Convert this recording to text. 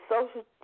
Social